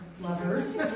lovers